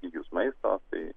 stygius maisto tai